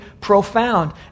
profound